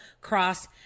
cross